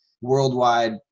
worldwide